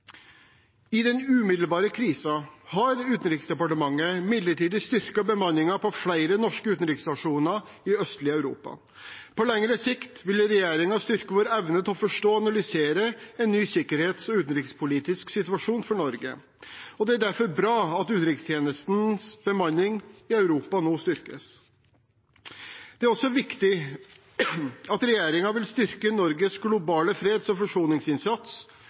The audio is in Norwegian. I den umiddelbare krisen har Utenriksdepartementet midlertidig styrket bemanningen på flere norske utenriksstasjoner i det østlige Europa. På lengre sikt vil regjeringen styrke vår evne til å forstå og analysere en ny sikkerhets- og utenrikspolitisk situasjon for Norge, og det er derfor bra at utenrikstjenestens bemanning i Europa nå styrkes. Det er også viktig at regjeringen vil styrke Norges globale freds- og forsoningsinnsats